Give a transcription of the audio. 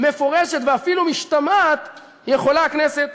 מפורשת ואפילו משתמעת, יכולה הכנסת